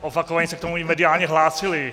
Opakovaně se k tomu i mediálně hlásili.